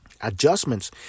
adjustments